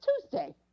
tuesday